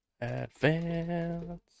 Advance